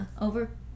over